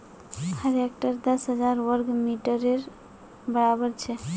एक हेक्टर दस हजार वर्ग मिटरेर बड़ाबर छे